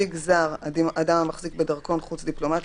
""נציג זר" אדם המחזיק בדרכון חוץ דיפלומטי,